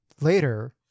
later